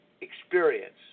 experience